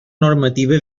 normativa